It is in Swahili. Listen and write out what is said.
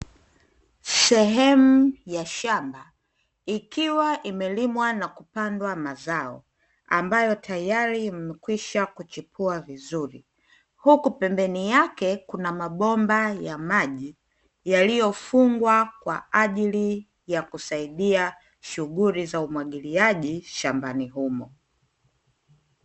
Sehemu ya shamba, ikiwa imelimwa na kupandwa mazao ambayo tayari yamekwisha kuchipua vizuri, huku pembeni yake kuna mabomba ya maji yaliyofungwa kwa ajili ya kusaidia shughuli za umwagiliaji shambani humo.